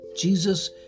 Jesus